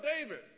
David